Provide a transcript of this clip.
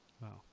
Wow